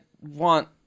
want